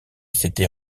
s’était